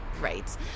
Right